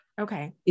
okay